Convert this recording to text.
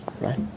right